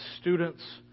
students